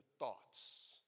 thoughts